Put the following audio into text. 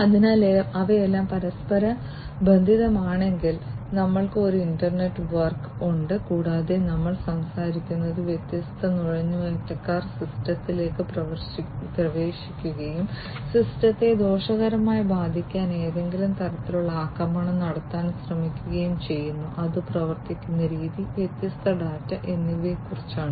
അതിനാൽ അവയെല്ലാം പരസ്പരബന്ധിതമാണെങ്കിൽ ഞങ്ങൾക്ക് ഒരു ഇന്റർനെറ്റ് വർക്ക് ഉണ്ട് കൂടാതെ ഞങ്ങൾ സംസാരിക്കുന്നത് വ്യത്യസ്ത നുഴഞ്ഞുകയറ്റക്കാർ സിസ്റ്റത്തിലേക്ക് പ്രവേശിക്കുകയും സിസ്റ്റത്തെ ദോഷകരമായി ബാധിക്കാൻ ഏതെങ്കിലും തരത്തിലുള്ള ആക്രമണം നടത്താൻ ശ്രമിക്കുകയും ചെയ്യുന്നു അത് പ്രവർത്തിക്കുന്ന രീതി വ്യത്യസ്ത ഡാറ്റ എന്നിവയെ കുറിച്ചാണ്